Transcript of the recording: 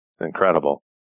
incredible